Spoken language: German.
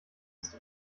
ist